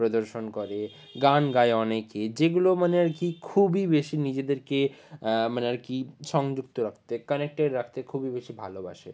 প্রদর্শন করে গান গায় অনেকে যেগুলো মানে আর কি খুবই বেশি নিজেদেরকে মানে আর কি সংযুক্ত রাখতে কানেকটেড রাখতে খুবই বেশি ভালোবাসে